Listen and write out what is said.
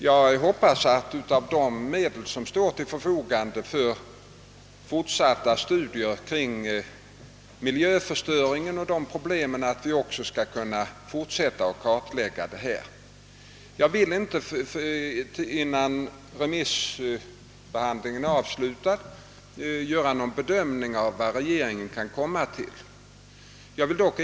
Jag hoppas också att de medel som står till vårt förfogande för fortsatta studier av miljöförstöringsfrågorna skall göra det möjligt för oss att fortsätta kartläggningen på detta område. Innan remissbehandlingen är avslutad vill jag inte göra någon bedömning av vad regeringen kan komma till för ståndpunkt.